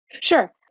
Sure